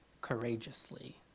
courageously